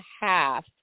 half